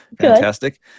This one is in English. fantastic